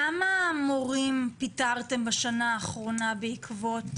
כמה מורים פיטרתם בשנה האחרונה בעקבות